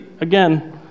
again